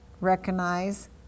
recognize